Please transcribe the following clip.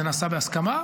זה נעשה בהסכמה,